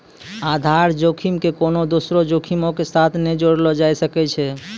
आधार जोखिम के कोनो दोसरो जोखिमो के साथ नै जोड़लो जाय सकै छै